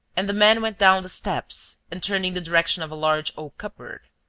and the man went down the steps and turned in the direction of a large oak cupboard.